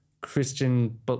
Christian